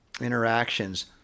interactions